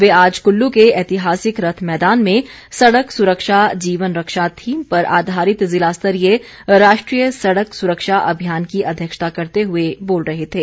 वे आज कुल्लू के ऐतिहासिक रथ मैदान में सड़क सुरक्षा जीवन रक्षा थीम पर आधारित ज़िला स्तरीय राष्ट्रीय सड़क सुरक्षा अभियान की अध्यक्षता करते हुए बोल रहे थे